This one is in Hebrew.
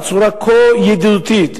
בצורה כה ידידותית,